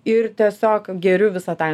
ir tiesiog geriu visą tą